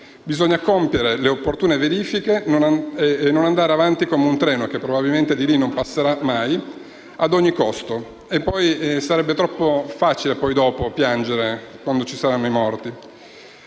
Bisogna compiere le opportune verifiche e non andare avanti come un treno - che probabilmente da lì non passerà mai - ad ogni costo. Sarebbe troppo facile, dopo, piangere quando ci saranno i morti.